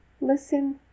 Listen